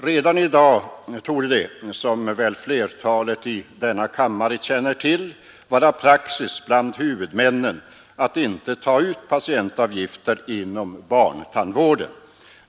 Redan i dag torde det, som väl flertalet i denna kammare känner till, vara praxis bland huvudmännen att inte ta ut patientavgifter inom barntandvården.